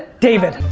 david.